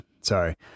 sorry